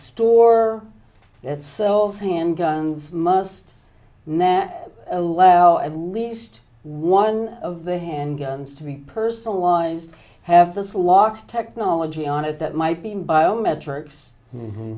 store that sells handguns must now allow at least one of the handguns to be personalized have this locks technology on it that might be bio metrics